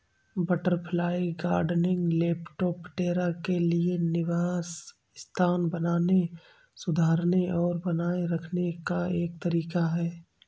butterfly gardening, Lepidoptera के लिए निवास स्थान बनाने, सुधारने और बनाए रखने का एक तरीका है